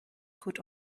could